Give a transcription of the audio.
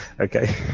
okay